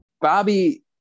bobby